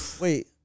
Wait